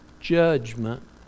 judgment